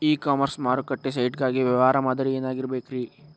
E commerce ಮಾರುಕಟ್ಟೆ site ಗಾಗಿ ವ್ಯವಹಾರ ಮಾದರಿ ಏನಾಗಿರಬೇಕ್ರಿ?